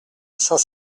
saint